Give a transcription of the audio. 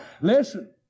listen